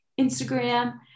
Instagram